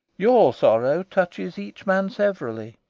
your sorrow touches each man severally,